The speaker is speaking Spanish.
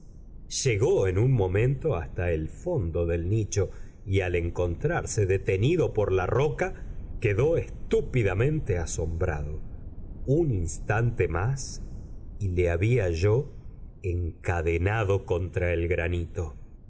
llegó en un momento hasta el fondo del nicho y al encontrarse detenido por la roca quedó estúpidamente asombrado un instante más y le había yo encadenado contra el granito